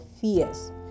fears